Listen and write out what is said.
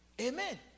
amen